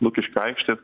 lukiškių aikštė